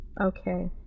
Okay